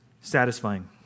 satisfying